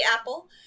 apple